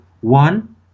one